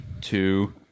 two